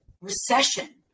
recession